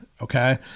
okay